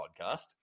podcast